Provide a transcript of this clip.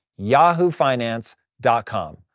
yahoofinance.com